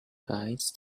guides